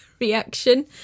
reaction